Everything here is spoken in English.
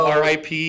rip